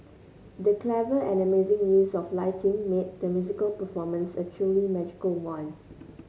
the clever and amazing use of lighting made the musical performance a truly magical one